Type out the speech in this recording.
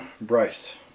Bryce